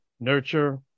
nurture